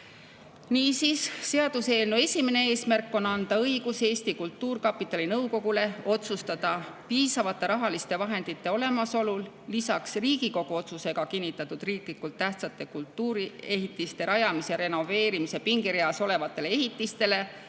Niisiis, seaduseelnõu esimene eesmärk on anda õigus Eesti Kultuurkapitali nõukogule otsustada piisavate rahaliste vahendite olemasolul lisaks Riigikogu otsusega kinnitatud riiklikult tähtsate kultuuriehitiste rajamise ja renoveerimise pingereas olevatele ehitistele